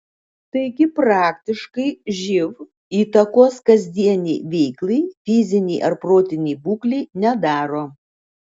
taigi praktiškai živ įtakos kasdienei veiklai fizinei ar protinei būklei nedaro